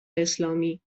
اسلامی